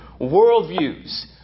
worldviews